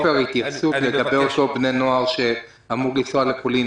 אפשר לקבל התייחסות לגבי בני נוער שאמורים לנסוע לפולין?